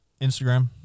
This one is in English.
Instagram